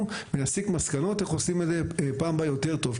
ונסיק מסקנות איך עושים את זה פעם הבאה יותר טוב.